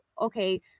okay